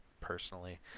personally